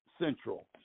Central